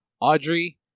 Audrey